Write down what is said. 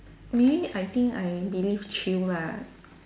maybe I think I believe chill lah